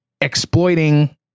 exploiting